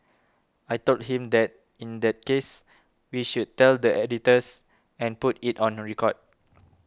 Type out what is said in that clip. I told him that in that case we should tell the editors and put it on record